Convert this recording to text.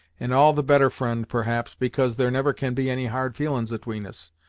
and all the better fri'nd, perhaps, because there never can be any hard feelin's atween us,